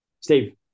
Steve